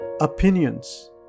opinions